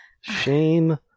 Shame